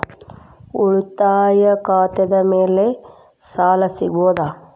ಉಳಿತಾಯ ಖಾತೆದ ಮ್ಯಾಲೆ ಸಾಲ ಸಿಗಬಹುದಾ?